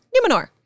Numenor